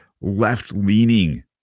left-leaning